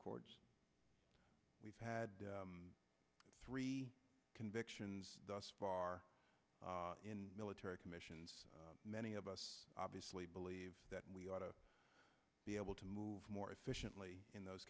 court we've had three convictions thus far in military commissions many of us obviously believe that we ought to be able to move more efficiently in those